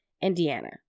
Indiana